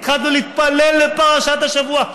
התחלתם להתפלל לפרשת השבוע.